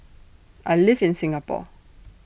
I live in Singapore